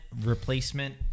replacement